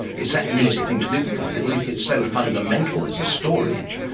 is that an easy thing to do? because if it's so fundamental as a storage,